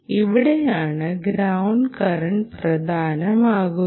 ഇവിടെയാണ് ground current പ്രധാനമാകുന്നത്